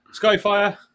Skyfire